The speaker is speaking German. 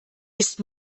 ist